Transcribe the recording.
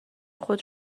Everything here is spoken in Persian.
خود